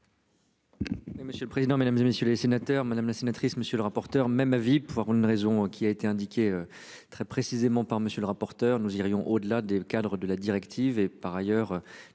Monsieur le président, Mesdames, et messieurs les sénateurs, madame la sénatrice. Monsieur le rapporteur. Même avis pour avoir une raison qui a été indiqué très précisément par monsieur le rapporteur. Nous irions au-delà des cadres de la directive et par ailleurs